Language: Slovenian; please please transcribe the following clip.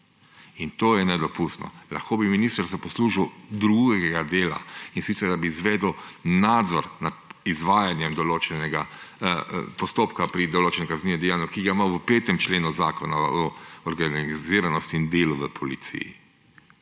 In to je nedopustno, lahko bi se minister poslužil drugega dela, in sicer da bi izvedel nadzor nad izvajanjem določenega postopka pri določenem kaznivem dejanju, ki ga ima v 5. členu Zakona o organiziranosti in delu v policiji.